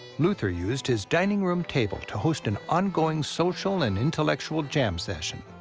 luther used his dining room table to host an ongoing social and intellectual jam session.